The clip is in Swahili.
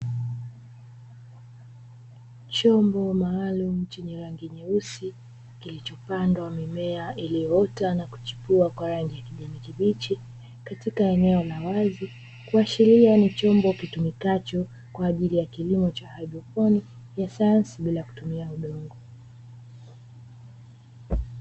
Chombo maalumu chenye rangi nyeusi kilichopandwa mimea iliyoota na kuchipua kwa rangi ya kijani kibichi katika eneo la wazi, kuashiria ni chombo kitumikacho kwa ajili ya kilimo cha haidroponi ya sayansi bila kutumia udongo.